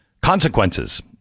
consequences